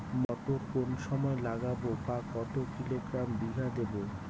মটর কোন সময় লাগাবো বা কতো কিলোগ্রাম বিঘা দেবো?